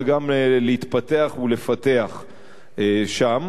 וגם להתפתח ולפתח שם.